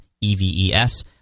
E-V-E-S